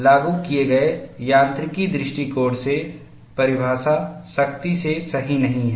लागू किए गए यांत्रिकी दृष्टिकोण से परिभाषा सख्ती से सही नहीं है